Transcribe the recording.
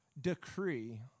decree